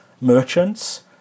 merchants